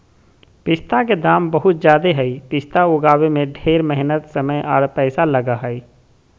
पिस्ता के दाम बहुत ज़्यादे हई पिस्ता उगाबे में ढेर मेहनत समय आर पैसा लगा हई